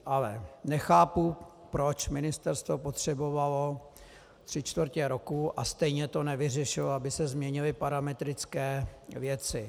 Ale nechápu, proč ministerstvo potřebovalo tři čtvrtě roku, a stejně to nevyřešilo, aby se změnily parametrické věci.